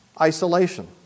isolation